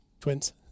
Twins